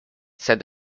said